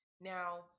Now